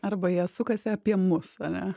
arba jie sukasi apie mus ane